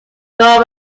داور